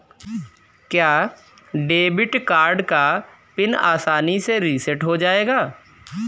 क्या debit card का PIN आसानी से रीसेट हो जाएगा?